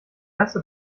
erste